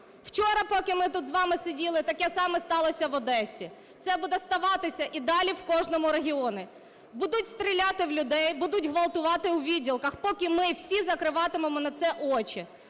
Вчора, поки ми тут з вами сиділи, таке саме сталося в Одесі. Це буде ставатися і далі в кожному регіоні, будуть стріляти в людей, будуть ґвалтувати у відділках, поки ми всі закриватимемо на це очі.